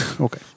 Okay